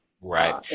Right